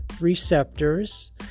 receptors